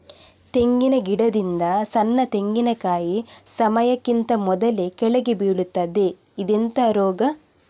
ತೆಂಗಿನ ಗಿಡದಿಂದ ಸಣ್ಣ ತೆಂಗಿನಕಾಯಿ ಸಮಯಕ್ಕಿಂತ ಮೊದಲೇ ಕೆಳಗೆ ಬೀಳುತ್ತದೆ ಇದೆಂತ ರೋಗ?